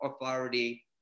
authority